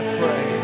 pray